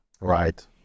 Right